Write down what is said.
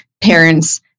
parents